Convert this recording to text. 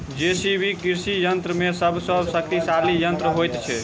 JCB कृषि यंत्र मे सभ सॅ शक्तिशाली यंत्र होइत छै